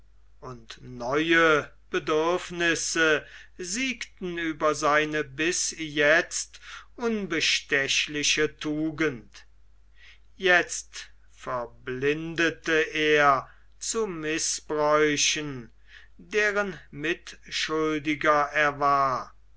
und neue bedürfnisse siegten über seine bis jetzt unbestechliche tugend jetzt verblindete er zu mißbräuchen deren mitschuldiger er war